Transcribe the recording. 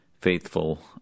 faithful